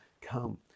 come